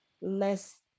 less